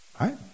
right